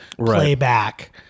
playback